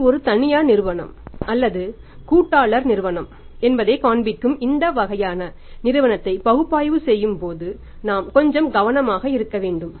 ஆனால் இது ஒரு தனிநபர் நிறுவனம் அல்லது கூட்டாளர் நிறுவனம் என்பதைக் காண்பிக்கும் இந்த வகையான நிறுவனத்தை பகுப்பாய்வு செய்யும் போது நாம் கொஞ்சம் கவனமாக இருக்க வேண்டும்